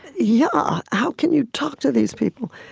yeah, how can you talk to these people?